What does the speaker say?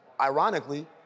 Ironically